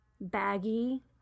baggy